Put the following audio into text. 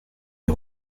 les